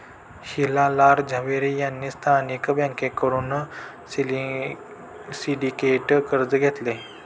हिरा लाल झवेरी यांनी स्थानिक बँकांकडून सिंडिकेट कर्ज घेतले